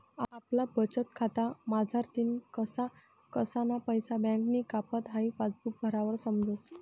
आपला बचतखाता मझारतीन कसा कसाना पैसा बँकनी कापात हाई पासबुक भरावर समजस